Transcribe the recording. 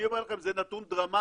אני אומר לכם: זה נתון דרמטי,